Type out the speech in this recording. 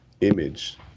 image